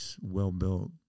well-built